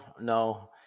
no